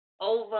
over